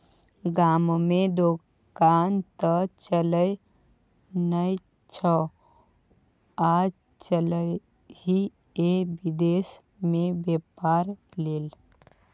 गाममे दोकान त चलय नै छौ आ चललही ये विदेश मे बेपार लेल